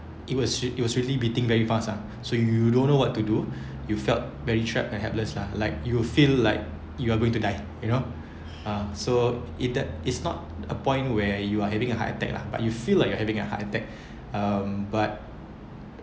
it was it was really beating very fast ah so you don't know what to do you felt very trap and helpless lah like you will feel like you are going to die you know ah so it that is not a point where you are having a heart attack lah but you feel like you're having a heart attack um but